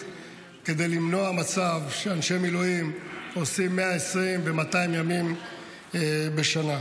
כדי למנוע מצב שאנשי מילואים עושים 120 ו-200 ימים בשנה.